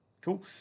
cool